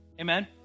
amen